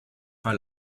pas